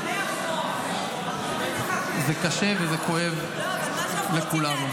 וזה קשה וזה כואב לכולנו.